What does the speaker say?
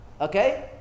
okay